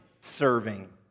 serving